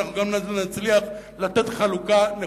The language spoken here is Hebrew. גם לא סימני הנפט שאתה רואה אותם,